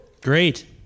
Great